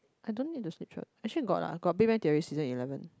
I don't need actually got ah got Big Bang Theory season eleven